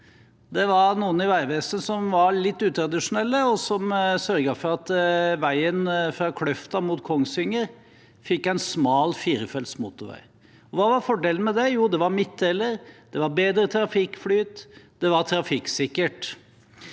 Det var noen i Vegvesenet som var litt utradisjonelle, og som sørget for at veien fra Kløfta mot Kongsvinger fikk en «smal firefelts motorvei». Hva var fordelen med det? Jo, det var midtdeler, det var bedre trafikkflyt, det var trafikksikkert.